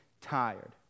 tired